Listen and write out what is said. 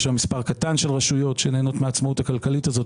יש שם מספר קטן של רשויות שנהנות מהעצמאות הכלכלית הזאת.